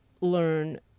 learn